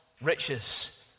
riches